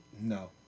No